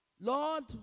Lord